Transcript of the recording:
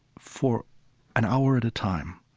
for an hour at a time,